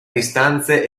distanze